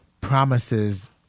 promises